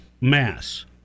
mass